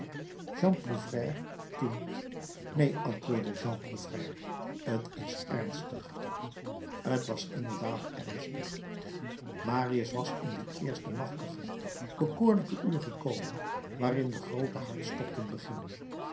prouvaire toe neen antwoordde jean prouvaire t is ernstig t was inderdaad ernstig marius was in dit eerste machtige bekoorlijke uur gekomen waarin de groote hartstochten beginnen